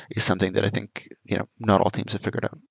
is something that i think you know not all teams have figured out.